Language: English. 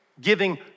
Giving